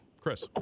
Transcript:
Chris